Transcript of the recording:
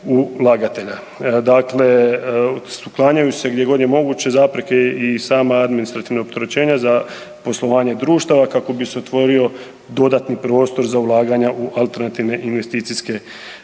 ulagatelja. Dakle, uklanjaju se gdje god je moguće zapreke i sama administrativna opterećenja za poslovanje društava kako bi se otvorio dodatni prostor za ulaganja u alternativne investicijske fondove.